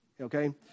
okay